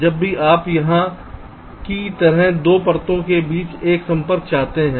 जब भी आप यहाँ की तरह 2 परतों के बीच एक संपर्क चाहते हैं